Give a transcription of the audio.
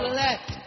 let